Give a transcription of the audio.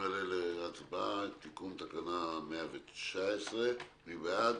מעלה להצבעה את תיקון תקנה 119. מי בעד?